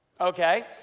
okay